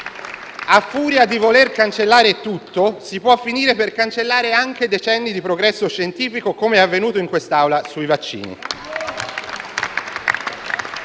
A furia di voler cancellare tutto, si può finire per cancellare anche decenni di progresso scientifico, come avvenuto in quest'Aula sui vaccini.